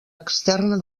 externa